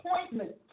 appointment